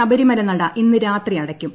ശബരിമല നട ഇന്ന് രാത്രി അടയ്ക്കും